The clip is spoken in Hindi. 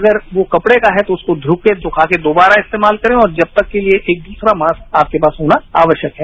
अगर वो कपड़े का है तो उसे धोकर सुखाकर दोबारा इस्तेमाल करें और जब तक के लिए एक दूसरा मास्क आपके पास होना आवश्यक है